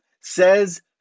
says